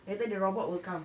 later the robot will come